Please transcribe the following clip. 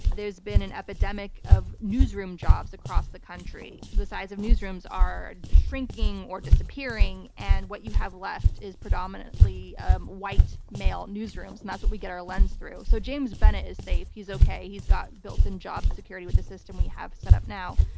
there's been an epidemic of newsroom jobs across the country. the size of newsrooms are shrinking or disappearing and what you have left is predominantly ah white male newsrooms, and that's what we get our lens through. so james bennett is safe, he's okay. he's got built-in job security with the system we have set up now.